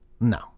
No